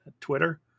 Twitter